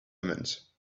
omens